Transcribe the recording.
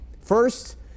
First